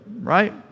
right